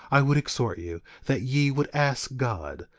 i would exhort you that ye would ask god,